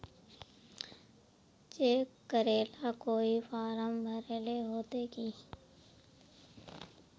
Cheque करेला कोई form भरेले होते की?